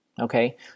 Okay